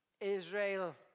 Israel